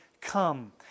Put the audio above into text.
come